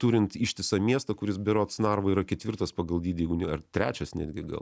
turint ištisą miestą kuris berods narva yra ketvirtas pagal dydį jeigu ne ar trečias netgi gal